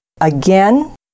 again